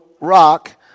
rock